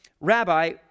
Rabbi